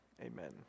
amen